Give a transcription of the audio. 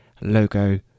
logo